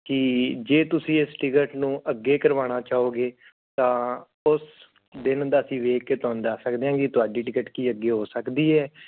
ਕਿ ਜੇ ਤੁਸੀਂ ਇਸ ਟਿਕਟ ਨੂੰ ਅੱਗੇ ਕਰਵਾਉਣਾ ਚਾਹੋਗੇ ਤਾਂ ਉਸ ਦਿਨ ਦਾ ਅਸੀਂ ਵੇਖ ਕੇ ਤੁਹਾਨੂੰ ਦੱਸ ਸਕਦੇ ਹਾਂ ਕਿ ਤੁਹਾਡੀ ਟਿਕਟ ਕੀ ਅੱਗੇ ਹੋ ਸਕਦੀ ਹੈ